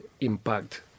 impact